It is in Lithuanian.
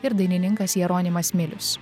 ir dainininkas jeronimas milius